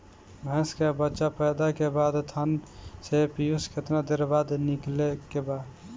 भैंस के बच्चा पैदा के बाद थन से पियूष कितना देर बाद निकले के बा?